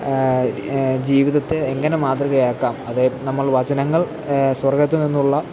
ജീവിതത്തെ എങ്ങനെ മാതൃകയാക്കാം അതു നമ്മള് വചനങ്ങള് സ്വര്ഗ്ഗത്തില് നിന്നുള്ള